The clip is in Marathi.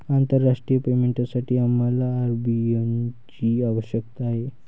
आंतरराष्ट्रीय पेमेंटसाठी आम्हाला आय.बी.एन ची आवश्यकता आहे